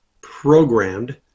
programmed